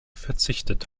verzichtet